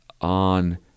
on